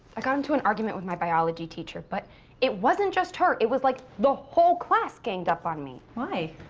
ah got into an argument with my biology teacher. but it wasn't just her. it was like the whole class ganged up on me. why?